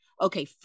okay